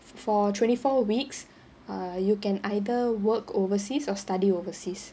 for twenty four weeks err you can either work overseas or study overseas